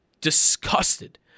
disgusted